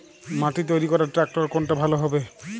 মাটি তৈরি করার ট্রাক্টর কোনটা ভালো হবে?